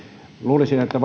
luulisin että